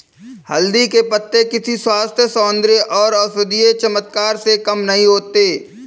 हल्दी के पत्ते किसी स्वास्थ्य, सौंदर्य और औषधीय चमत्कार से कम नहीं होते